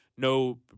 No